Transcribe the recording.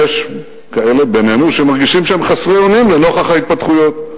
יש כאלה בינינו שמרגישים שם חסרי אונים לנוכח ההתפתחויות.